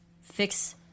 fix